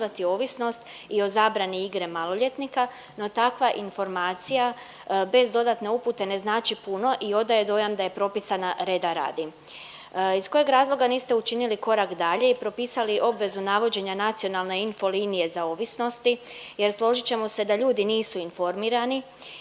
ovisnost i o zabrani igre maloljetnika, no takva informacija bez dodatne upute ne znači puno i odaje dojam da je propisana reda radi. Iz kojeg razloga niste učinili korak dalje i propisali obvezu navođenja Nacionalne infolinije za ovisnosti jer složit ćemo se da ljudi nisu informirani